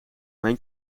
mijn